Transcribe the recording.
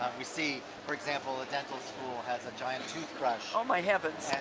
we see for example, the dental school has a giant toothbrush oh my heavens,